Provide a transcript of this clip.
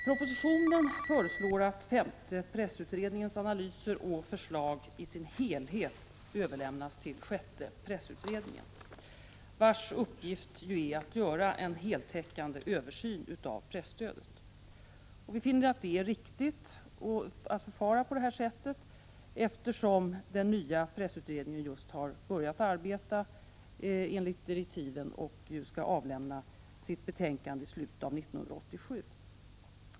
Propositionen föreslår att femte pressutredningens analyser och förslag i sin helhet överlämnas till sjätte pressutredningen, vars uppgift är att göra en heltäckande översyn av presstödet. Vi finner det riktigt att förfara på detta sätt, eftersom den nya pressutredningen just har börjat arbeta enligt direktiven och skall överlämna sitt betänkande i slutet av 1987.